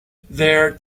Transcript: there